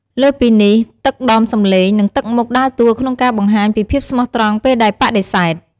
លើសពីនេះ ទឹកដមសំឡេង និងទឹកមុខដើរតួក្នុងការបង្ហាញពីភាពស្មោះត្រង់ពេលដែលបដិសេធ។